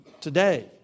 today